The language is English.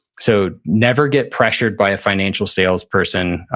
so never get pressured by a financial salesperson.